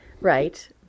Right